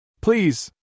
please